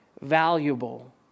valuable